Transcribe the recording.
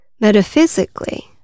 Metaphysically